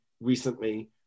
recently